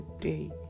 day